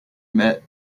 met